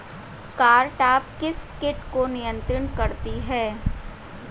Cartap किस किट को नियंत्रित करती है?